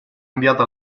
inviate